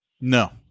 No